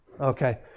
Okay